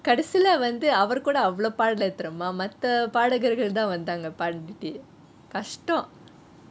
கடைசிலே வந்து அவருகுட அவ்வளவோ பாடலே தெரியுமா மத்த பாடகர்கள்தான் வந்தாங்க பாடிட்டு கஷ்டம்:kadaiseele vanthu avarukoode avalavu paadaleh theriyuma maatha paadagargalthaan vanthu paaditu kashtam